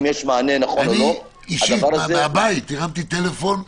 אני מהבית הרמתי טלפון ואמרתי: